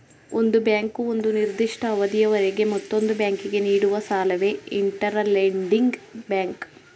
ಒಂದು ಬ್ಯಾಂಕು ಒಂದು ನಿರ್ದಿಷ್ಟ ಅವಧಿಯವರೆಗೆ ಮತ್ತೊಂದು ಬ್ಯಾಂಕಿಗೆ ನೀಡುವ ಸಾಲವೇ ಇಂಟರ್ ಲೆಂಡಿಂಗ್ ಬ್ಯಾಂಕ್